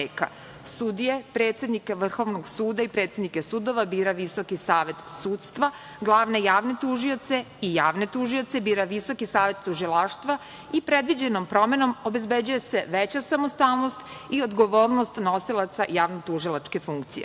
Sudije, predsednike Vrhovnog suda i predsednike sudova bira VSS, glavne javne tužioce i javne tužioce bira Visoki savet tužilaštva i predviđenom promenom obezbeđuje se veća samostalnost i odgovornost nosilaca javno-tužilačke funkcije. Kao